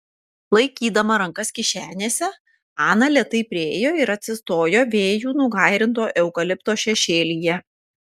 laikydama rankas kišenėse ana lėtai priėjo ir atsistojo vėjų nugairinto eukalipto šešėlyje